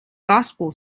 gospel